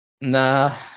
Nah